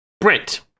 Brent